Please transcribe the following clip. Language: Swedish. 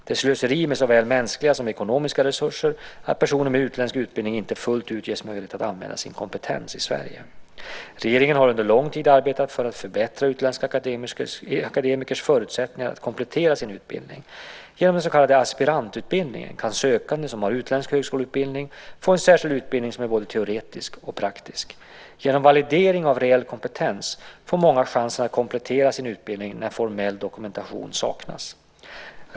Det är slöseri med såväl mänskliga som ekonomiska resurser att personer med utländsk utbildning inte fullt ut ges möjlighet att använda sin kompetens i Sverige. Regeringen har under lång tid arbetat för att förbättra utländska akademikers förutsättningar att komplettera sin utbildning. Genom den så kallade aspirantutbildningen kan sökande som har utländsk högskoleutbildning få en särskild utbildning som är både teoretisk och praktisk. Genom validering av reell kompetens får många chansen att komplettera sin utbildning när formell dokumentation saknas.